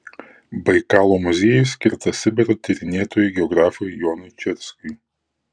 baikalo muziejus skirtas sibiro tyrinėtojui geografui jonui čerskiui